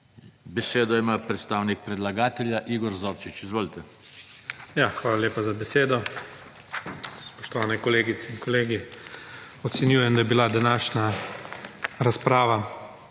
Besedo ima predstavnik predlagatelja. Igor Zorčič. Izvolite. IGOR ZORČIČ (PS NP): Hvala lepa za besedo. Spoštovane kolegice in kolegi! Ocenjujem, da je bila današnja razprava